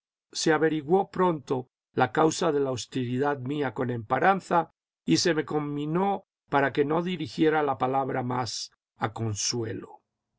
se averiguó pronto la causa de la hostilidad mía con emparanza y se me conminó para que no dirigiera la palabra más a consuelo